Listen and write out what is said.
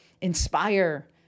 inspire